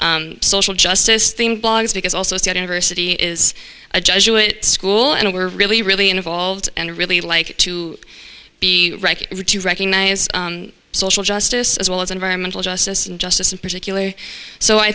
social justice thing blogs because also set in versity is a jesuit school and we're really really involved and really like to be to recognize social justice as well as environmental justice and justice in particular so i